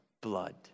blood